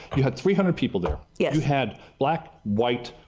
you had three hundred people there. yeah you had black, white,